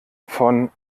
von